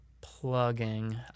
plugging